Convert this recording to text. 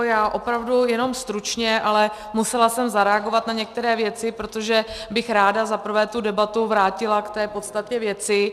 Já opravdu jenom stručně, ale musela jsem zareagovat na některé věci, protože bych ráda za prvé tu debatu vrátila k podstatě věci.